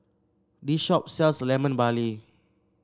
this shop sells Lemon Barley